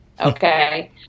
okay